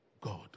God